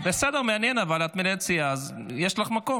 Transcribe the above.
בסדר, מעניין, אבל את מנהלת סיעה, אז יש לך מקום.